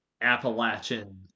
Appalachian